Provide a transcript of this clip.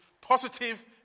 Positive